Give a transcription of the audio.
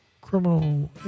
Criminal